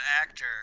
actor